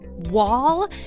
wall